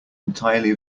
entirely